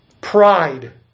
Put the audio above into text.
Pride